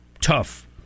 tough